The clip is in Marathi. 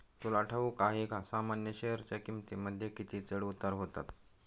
तुला ठाऊक आहे का सामान्य शेअरच्या किमतींमध्ये किती चढ उतार होतात